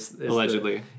Allegedly